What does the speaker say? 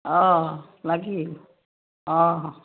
অঁ লাগিল অঁ অঁ